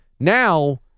Now